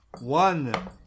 One